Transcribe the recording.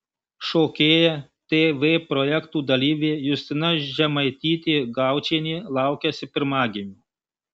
šokėja tv projektų dalyvė justina žemaitytė gaučienė laukiasi pirmagimio